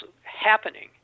happening